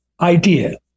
idea